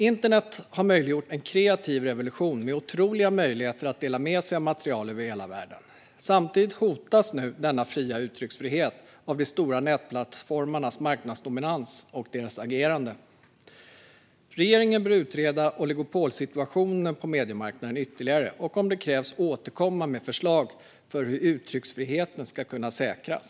Internet har möjliggjort en kreativ revolution med otroliga möjligheter att dela med sig av material över hela världen. Samtidigt hotas nu denna fria uttrycksfrihet av de stora nätplattformarnas marknadsdominans och deras agerande. Regeringen bör utreda oligopolsituationen på mediemarknaden ytterligare och, om det krävs, återkomma med förslag för hur uttrycksfriheten ska kunna säkras.